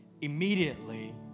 Immediately